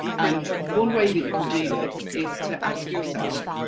and one way that you can do this is to ask yourself,